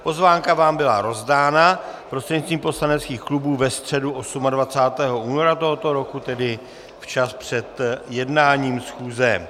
Pozvánka vám byla rozdána prostřednictvím poslaneckých klubů ve středu 28. února tohoto roku, tedy včas před jednáním schůze.